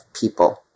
people